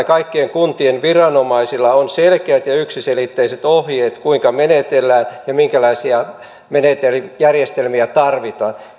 kaikkien kuntien viranomaisilla on selkeät ja yksiselitteiset ohjeet kuinka menetellään ja minkälaisia järjestelmiä tarvitaan